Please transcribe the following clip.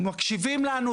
מקשיבים לנו,